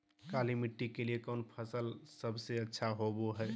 काली मिट्टी के लिए कौन फसल सब से अच्छा होबो हाय?